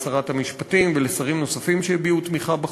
לשרת המשפטים ולשרים נוספים שהביעו תמיכה בחוק.